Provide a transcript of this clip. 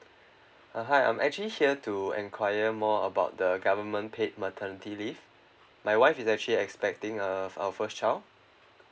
uh hi I'm actually here to enquiry more about the government paid maternity leave my wife is actually expecting uh our first child